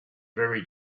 very